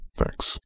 Thanks